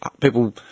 people